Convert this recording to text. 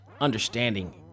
understanding